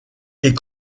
est